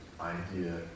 idea